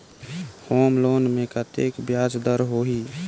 Home loan मे कतेक ब्याज दर होही?